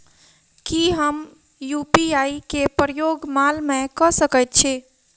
की हम यु.पी.आई केँ प्रयोग माल मै कऽ सकैत छी?